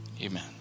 amen